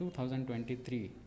2023